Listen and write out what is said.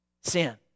sin